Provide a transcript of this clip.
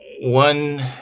one